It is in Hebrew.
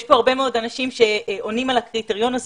יש פה הרבה אנשים שעונים על הקריטריון הזה,